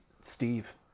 steve